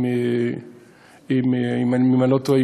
אם אני לא טועה,